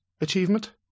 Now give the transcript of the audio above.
achievement